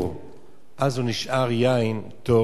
אז הוא נשאר יין טוב ומשומר.